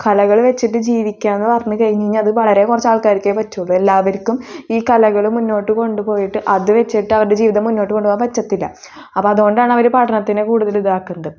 കലകൾ വെച്ചിട്ട് ജീവിക്കാം എന്ന് പറഞ്ഞു കഴിഞ്ഞാൽ അത് വളരെ കുറച്ച് ആൾക്കാർക്കേ പറ്റുള്ളൂ എല്ലാവർക്കും ഈ കലകളും മുന്നോട്ടു കൊണ്ടുപോയിട്ട് അത് വെച്ചിട്ട് അവരുടെ ജീവിതം മുന്നോട്ടു കൊണ്ടു പോകാൻ പറ്റത്തില്ല അപ്പം അതുകൊണ്ടാണ് അവർ പഠനത്തിന് കൂടുതൽ ഇതാക്കുന്നത്